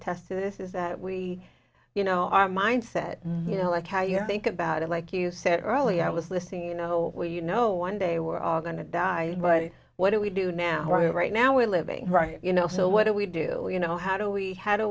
to this is that we you know our mindset you know like how you think about it like you said earlier i was listening you know we you know one day we're all going to die but what do we do now right now we're living right you know so what do we do you know how do we had a